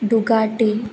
Bugatti